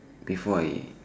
before I